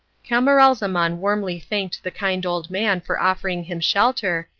camaralzaman warmly thanked the kind old man for offering him shelter,